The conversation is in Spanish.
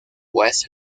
west